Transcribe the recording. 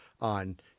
on